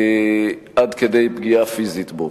עד כדי פגיעה פיזית בו.